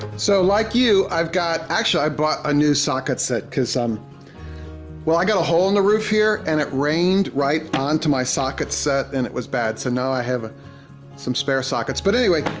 so, like you i've got, actually i bought a new socket set. cause, well i got a hole in the roof here, and it rained right onto my socket set and it was bad. so now i have some spare sockets. but anyway,